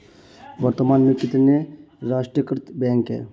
वर्तमान में कितने राष्ट्रीयकृत बैंक है?